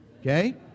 okay